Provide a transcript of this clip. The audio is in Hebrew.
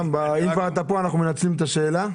אם אתה כבר פה אנחנו מנצלים את ההזדמנות ושואלים את השאלה.